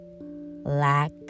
lack